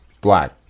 black